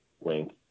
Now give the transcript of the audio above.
link